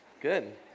Good